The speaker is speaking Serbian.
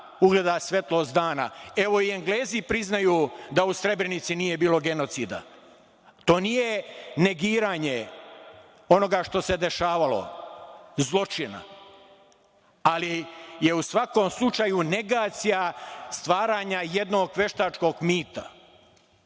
ugleda svetlost dana. Evo, i Englezi priznaju da u Srebrenici nije bilo genocida. To nije negiranje onoga što se dešavalo, zločina, ali je u svakom slučaju negacija stvaranja jednog veštačkog mita.